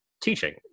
teaching